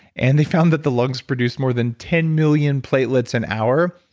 and they found that the lungs produce more than ten million platelets an hour,